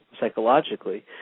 psychologically